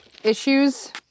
issues